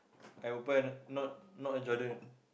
I will buy not not a Jordan